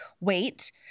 wait